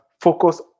Focus